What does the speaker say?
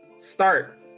start